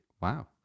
Wow